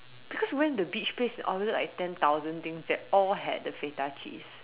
because we went to the beach place and ordered like ten thousand things they all had the Feta cheese